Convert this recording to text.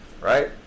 right